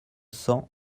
cents